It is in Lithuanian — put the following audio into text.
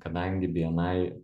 kadangi bni